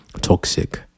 toxic